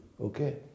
okay